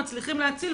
מצליחים להציל,